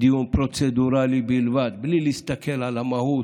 דיון פרוצדורלי בלבד, בלי להסתכל על המהות,